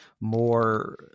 more